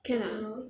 can ah